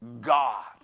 God